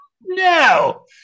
No